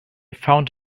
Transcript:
found